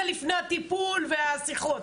זה לפני הטיפול והשיחות.